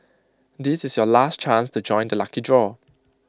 this is your last chance to join the lucky draw